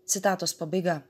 citatos pabaiga